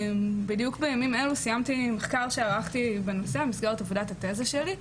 בדיוק בימים אלו סיימתי מחקר שערכתי בנושא במסגרת עבודת התזה שלי.